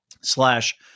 slash